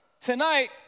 Tonight